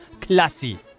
Classy